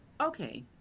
okay